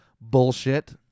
Bullshit